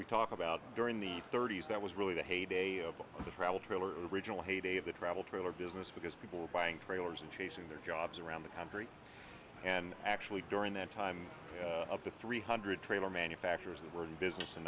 we talk about during the thirty's that was really the heyday of the travel trailer original heyday of the travel trailer business because people were buying trailers and chasing their jobs around the country and actually during that time up to three hundred trailer manufacturers that were in business in